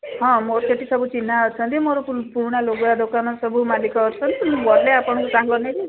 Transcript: ହଁ ମୋର ସେଠି ସବୁ ଚିହ୍ନା ଅଛନ୍ତି ମୋର ପୁ ପୁରୁଣା ଲୁଗା ଦୋକାନ ସବୁ ମାଲିକ ଅଛନ୍ତି ମୁଁ ଗଲେ ଆପଣଙ୍କୁ ସାଙ୍ଗରେ ନେବି